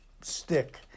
stick